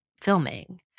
filming